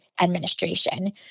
administration